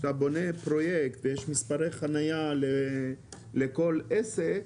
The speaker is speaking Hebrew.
כשאתה בונה פרויקט ויש מספרי חניה לכל עסק,